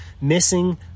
missing